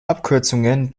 abkürzungen